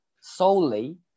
solely